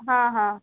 हां हां